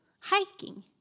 hiking